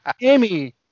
Amy